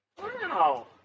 Wow